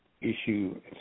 issue